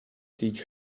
teach